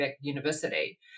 University